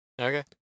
Okay